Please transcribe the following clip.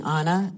Anna